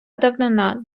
давнина